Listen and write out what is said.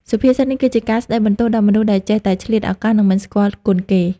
សុភាសិតនេះគឺជាការស្ដីបន្ទោសដល់មនុស្សដែលចេះតែឆ្លៀតឱកាស និងមិនស្គាល់គុណគេ។